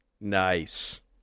Nice